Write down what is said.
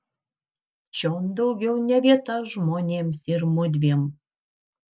čion daugiau ne vieta žmonėms ir mudviem